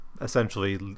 essentially